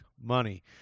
money